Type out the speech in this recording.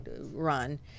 run